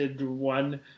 one